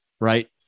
Right